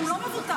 לא.